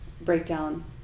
breakdown